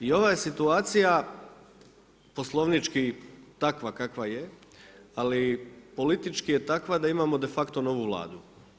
I ova je situacija poslovnički takva kakva je, ali politički je takva da imamo de facto novu Vladu.